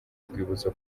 urwibutso